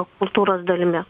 kultūros dalimi